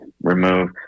remove